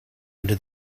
into